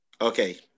Okay